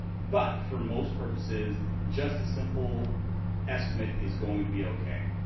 but for most purposes just a simple estimate is going to be okay.